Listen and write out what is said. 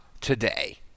today